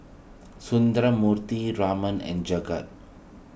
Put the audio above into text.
Sundramoorthy Raman and Jagat